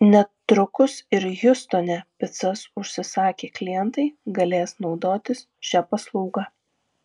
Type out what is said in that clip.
netrukus ir hjustone picas užsisakę klientai galės naudotis šia paslauga